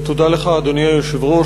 תודה לך, אדוני היושב-ראש.